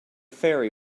ferry